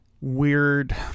weird